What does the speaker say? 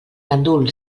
gandul